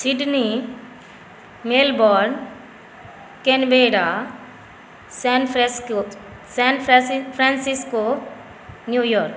Sydney Melbourne Canberra San Francisco New York